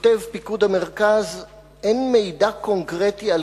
כותב פיקוד מרכז: אין מידע קונקרטי על